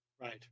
Right